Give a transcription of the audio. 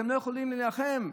אתם לא יכולים להילחם?